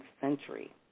century